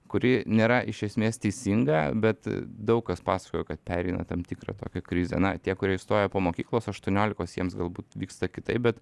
kuri nėra iš esmės teisinga bet daug kas pasakojo kad pereina tam tikrą tokią krizę na tie kurie įstoja po mokyklos aštuoniolikos jiems galbūt vyksta kitaip bet